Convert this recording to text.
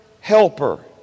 helper